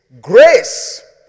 grace